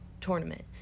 Tournament